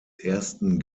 ersten